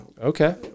Okay